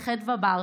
לד"ר חדוה בר,